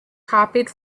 copied